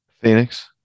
Phoenix